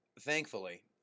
Thankfully